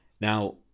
Now